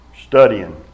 studying